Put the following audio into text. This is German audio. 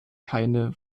keine